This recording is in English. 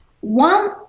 One